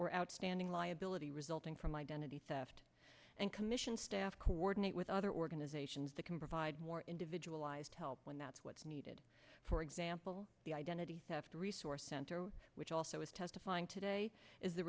or outstanding liability resulting from identity theft and commission staff coordinate with other organizations that can provide more individualized help when that's what's needed for example the identity theft resource center which also is testifying today is the